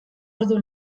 ordu